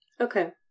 Okay